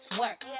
work